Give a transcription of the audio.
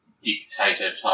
dictator-type